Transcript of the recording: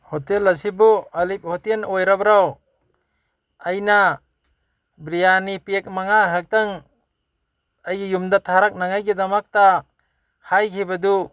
hotel ꯑꯁꯤꯕꯨ ꯑꯂꯤꯞ hotel ꯑꯣꯏꯔꯕ꯭ꯔꯣ ꯑꯩꯅ ꯕꯤꯔꯌꯥꯅꯤ ꯄꯦꯛ ꯃꯉꯥ ꯈꯛꯇꯪ ꯑꯩꯒꯤ ꯌꯨꯝꯗ ꯊꯥꯔꯛꯅꯉꯥꯏꯒꯤꯗꯃꯛꯇ ꯍꯥꯏꯈꯤꯕꯗꯨ